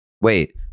Wait